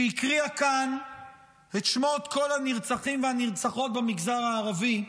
שהקריאה כאן את שמות כל הנרצחים והנרצחות במגזר הערבי,